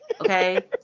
okay